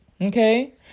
Okay